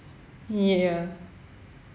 yeah